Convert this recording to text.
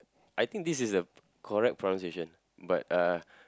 I think this is the correct pronunciation but uh